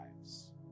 lives